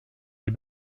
les